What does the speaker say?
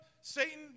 Satan